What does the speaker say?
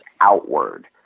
outward